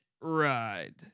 ride